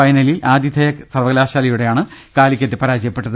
ഫൈനലിൽ ആതിഥേയ സർവക ലാശാലയോടാണ് കാലിക്കറ്റ് പരാജയപ്പെട്ടത്